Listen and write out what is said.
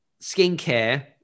skincare